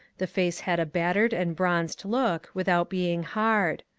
the face had a battered and bronzed look, without being hard.